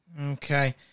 Okay